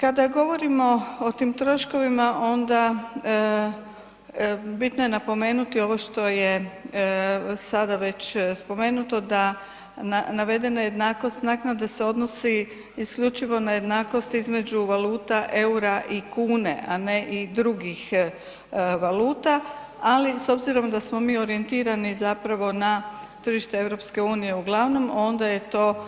Kada govorimo o tim troškovima onda bitno je napomenuti ovo što je sada već spomenuto da navedena jednakost, naknada se odnosi isključivo na jednakost između valuta EUR-a i kune, a ne i drugih valuta, ali s obzirom da smo mi orijentirani zapravo na tržište EU uglavnom onda je to